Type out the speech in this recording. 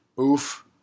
Oof